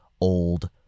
old